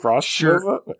sure